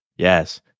Yes